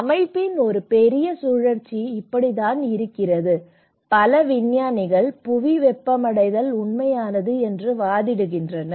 அமைப்பின் ஒரு பெரிய சுழற்சி இப்படித்தான் இருக்கிறது பல விஞ்ஞானிகள் புவி வெப்பமடைதல் உண்மையானது என்று வாதிடுகின்றனர்